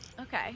Okay